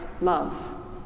love